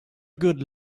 good